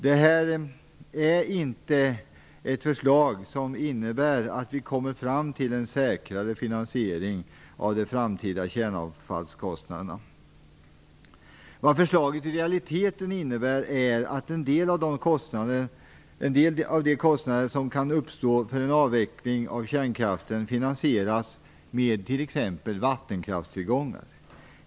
Det här förslaget innebär inte att vi kommer fram till en säkrare finansiering av de framtida kärnavfallskostnaderna. Vad förslaget i realiteten innebär är att en del av de kostnader som kan uppstå för en avveckling av kärnkraften finansieras med t.ex. vattenkraftstillgångar.